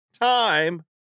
time